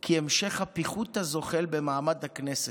כי המשך הפיחות הזוחל במעמד הכנסת,